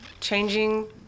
changing